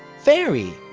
fairy